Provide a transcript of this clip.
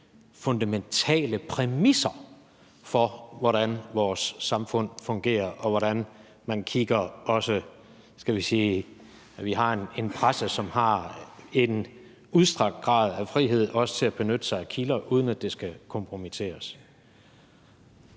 fundamentale præmisser for, hvordan vores samfund fungerer, og hvordan man kigger på det. Vi har en presse, som har en udstrakt grad af frihed, også til at benytte sig af kilder, uden at det skal kompromitteres.